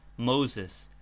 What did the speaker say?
moses,